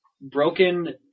broken